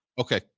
Okay